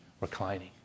reclining